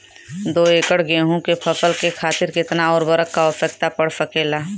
दो एकड़ गेहूँ के फसल के खातीर कितना उर्वरक क आवश्यकता पड़ सकेल?